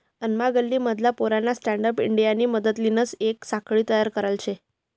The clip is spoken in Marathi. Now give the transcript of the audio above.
आमना गल्ली मधला पोऱ्यानी स्टँडअप इंडियानी मदतलीसन येक साखळी तयार करले शे